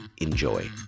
enjoy